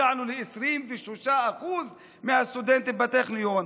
הגענו ל-23% מהסטודנטים בטכניון,